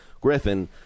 Griffin